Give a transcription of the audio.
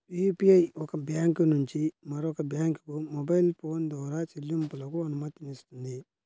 UPI ఒక bank నుంచి మరొక బ్యాంకుకు మొబైల్ ఫోన్ ద్వారా చెల్లింపులకు అనుమతినిస్తుంది